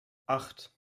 acht